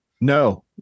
No